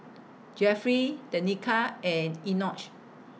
Jeffery Tenika and Enoch